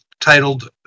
titled